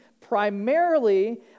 primarily